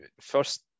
first